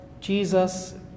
Jesus